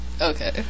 Okay